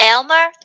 Elmer